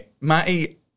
Matty